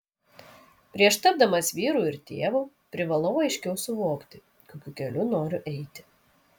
prieš tapdamas vyru ir tėvu privalau aiškiau suvokti kokiu keliu noriu eiti